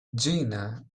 gina